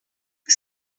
che